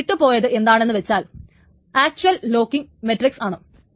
നമ്മൾ വിട്ടു പോയത് എതാണെന്ന് വച്ചാൽ ആക്ച്വൽ ലോക്കിങ്ങ് മെടിക്സ് ആണ്